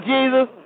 Jesus